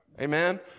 Amen